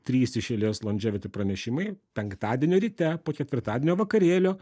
trys iš eilės landževiti pranešimai penktadienio ryte po ketvirtadieninio vakarėlio